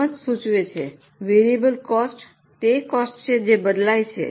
નામ સૂચવે છે કે વેરિયેબલ કોસ્ટ તે કોસ્ટ છે જે બદલાય છે